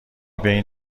بین